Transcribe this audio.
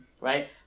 Right